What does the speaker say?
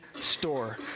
store